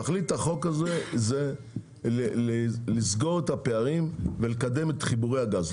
תכלית החוק הזה היא לסגור את הפערים ולקדם את חיבורי הגז,